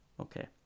okay